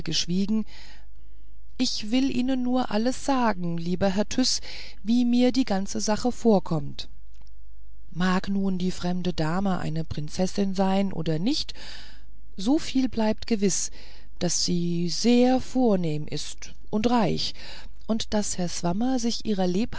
ich will ihnen nur alles sagen lieber herr tyß wie mir die ganze sache vorkommt mag nun die fremde dame eine prinzessin sein oder nicht so viel bleibt gewiß daß sie sehr vornehm ist und reich und daß herr swammer sich ihrer